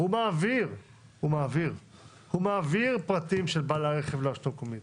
והוא מעביר פרטים של בעל הרכב לרשות המקומית,